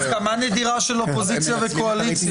הסכמה נדירה של קואליציה ואופוזיציה.